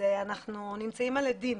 אנחנו נמצאים על אדים,